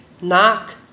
knock